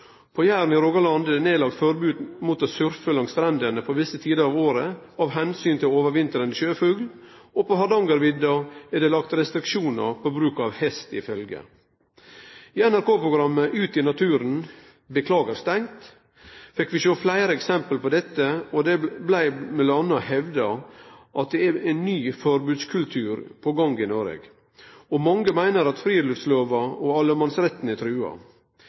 på Jæren i Rogaland er det nedlagt forbod mot å surfe langs strendene visse tider av året av omsyn til overvintrande sjøfugl, og på Hardangervidda er det lagt restriksjonar på bruk av hest i følgje. I NRK-programmet «Ut i naturen» med tittelen «Beklager stengt!» fekk vi sjå fleire eksempel på dette, og det blei m.a. hevda at det er ein ny forbodskultur på gang i Noreg, og mange meiner at friluftslova og allemannsretten er trua.